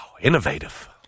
Innovative